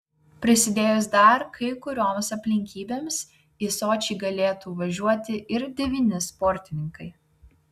prisidėjus dar kai kurioms aplinkybėms į sočį galėtų važiuoti ir devyni sportininkai